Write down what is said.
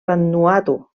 vanuatu